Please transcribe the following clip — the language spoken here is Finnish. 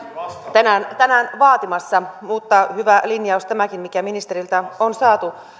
tänään tänään vaatimassa mutta hyvä linjaus tämäkin mikä ministeriltä on saatu